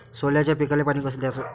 सोल्याच्या पिकाले पानी कस द्याचं?